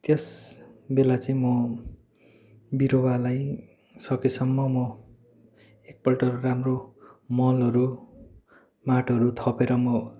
त्यसबेला चाहिँ म बिरुवालाई सकेसम्म म एकपल्ट राम्रो मलहरू माटोहरू थपेर म